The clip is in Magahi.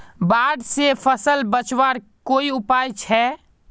बाढ़ से फसल बचवार कोई उपाय छे?